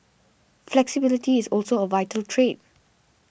flexibility is also a vital trait